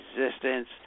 resistance